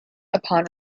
upon